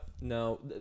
no